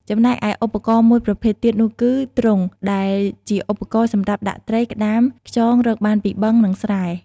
ចំណែកឯឧបករណ៍មួយប្រភេទទៀតនោះគឺ ទ្រុង ដែលជាឧបករណ៍សម្រាប់ដាក់តី្រ ក្ដាម ខ្យងរកបានពីបឹង និងស្រែ។